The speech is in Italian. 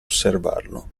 osservarlo